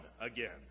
again